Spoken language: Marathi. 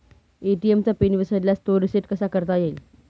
ए.टी.एम चा पिन विसरल्यास तो रिसेट कसा करता येईल?